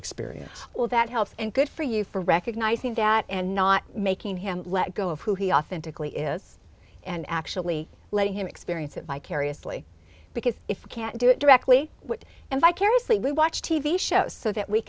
experience well that helps and good for you for recognizing that and not making him let go of who he authentically is and actually letting him experience it vicariously because if you can't do it directly what and vicariously we watch t v shows so that we